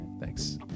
thanks